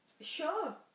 Sure